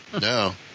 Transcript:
no